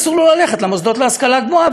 אסור לו ללכת למוסדות להשכלה גבוהה.